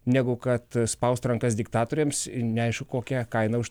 negu kad spausti rankas diktatoriams neaišku kokia kaina už